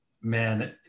Man